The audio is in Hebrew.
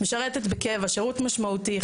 משרתת בקבע שירות משמעותי,